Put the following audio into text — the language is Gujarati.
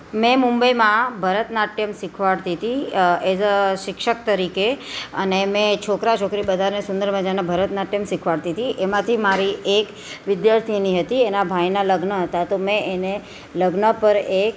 મેં મુંબઇમાં ભરતનાટ્યમ શીખવાડતી હતી એઝ અ શિક્ષક તરીકે અને મેં છોકરા છોકરી બધાને સુંદર મજાનાં ભરત નાટ્યમ શીખવાડતી હતી એમાંથી મારી એક વિદ્યાર્થિની હતી એના ભાઈનાં લગ્ન હતાં તો મેં એને લગ્ન પર એક